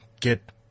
get